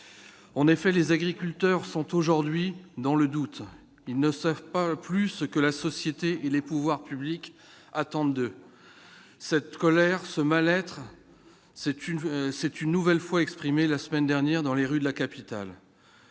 en effet, les agriculteurs sont aujourd'hui dans le doute, ils ne savent pas plus que la société et les pouvoirs publics attendent de cette colère ce mal-être, c'est une, c'est une nouvelle fois exprimé la semaine dernière dans les rues de la capitale,